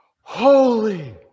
Holy